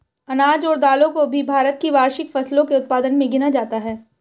अनाज और दालों को भी भारत की वार्षिक फसलों के उत्पादन मे गिना जाता है